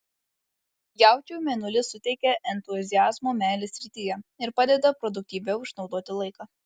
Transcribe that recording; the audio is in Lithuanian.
jaučiui mėnulis suteikia entuziazmo meilės srityje ir padeda produktyviau išnaudoti laiką